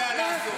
לך.